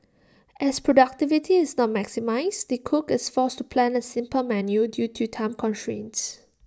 as productivity is not maximised the cook is forced to plan A simple menu due to time constraints